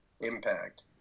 impact